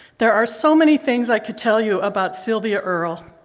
there are so many things i could tell you about sylvia earle.